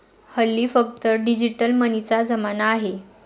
हल्ली फक्त डिजिटल मनीचा जमाना आहे